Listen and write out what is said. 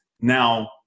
Now